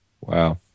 Wow